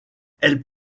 elle